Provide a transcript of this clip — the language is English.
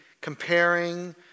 comparing